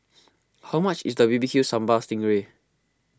how much is the B B Q Sambal Sting Ray